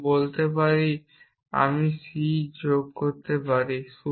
এবং বলতে পারি আমরা c যোগ করতে পারি